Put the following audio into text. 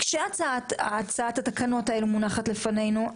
כשהצעת התקנות האלה מונחת לפנינו,